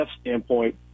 standpoint